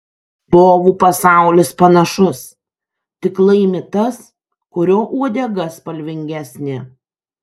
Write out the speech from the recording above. povų pasaulis panašus tik laimi tas kurio uodega spalvingesnė